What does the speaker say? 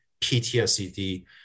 PTSD